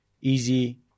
easy